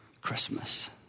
Christmas